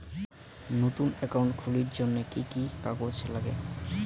নতুন একাউন্ট খুলির জন্যে কি কি কাগজ নাগে?